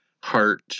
heart